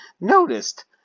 noticed